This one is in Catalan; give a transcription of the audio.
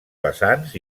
vessants